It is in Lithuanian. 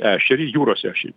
ešerį jūros ešerį